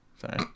Sorry